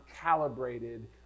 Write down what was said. calibrated